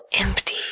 empty